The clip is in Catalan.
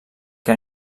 que